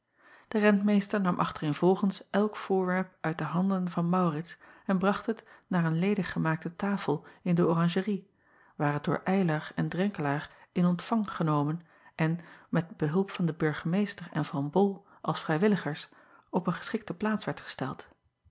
e rentmeester nam achtereenvolgens elk voorwerp uit de handen van aurits en bracht het naar een lediggemaakte tafel in de oranjerie waar het door ylar en renkelaer in ontvang genomen en met behulp van den burgemeester en van ol als vrijwilligers acob van ennep laasje evenster delen op een geschikte plaats werd gesteld